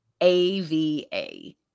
A-V-A